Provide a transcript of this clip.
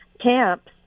camps